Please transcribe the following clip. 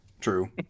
True